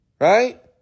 Right